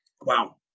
Wow